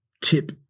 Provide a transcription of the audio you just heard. tip